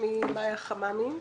שמי מיה חממי.